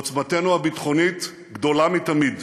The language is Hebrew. עוצמתנו הביטחונית גדולה מתמיד.